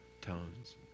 tones